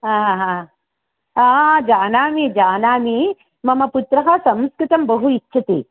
हा हा हा जानामि जानामि मम पुत्रः संस्कृतं बहु इच्छति